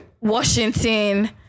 Washington